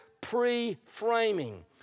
pre-framing